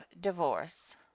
Divorce